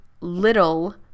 little